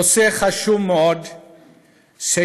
נושא חשוב מאוד שיש